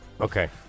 Okay